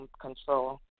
control